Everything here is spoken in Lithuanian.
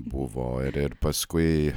buvo ir ir paskui